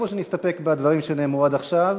או שנסתפק בדברים שנאמרו עד עכשיו,